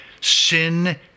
sin